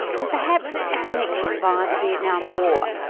and perhaps a connection via the vietnam war.